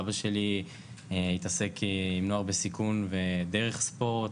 אבא שלי התעסק עם נוער בסיכון דרך ספורט,